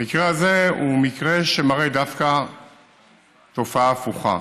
המקרה הזה הוא מקרה שמראה דווקא תופעה הפוכה.